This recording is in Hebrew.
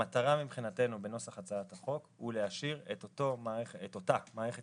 המטרה מבחינתנו בנוסח הצעת החוק היא להשאיר את אותה מערכת